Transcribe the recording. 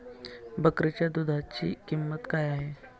बकरीच्या दूधाची किंमत काय आहे?